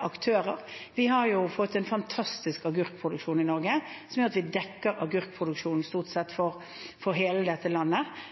aktører. Vi har fått en fantastisk agurkproduksjon i Norge som gjør at vi dekker agurkproduksjon stort sett for hele dette landet.